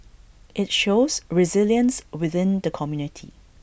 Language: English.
IT shows resilience within the community